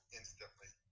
instantly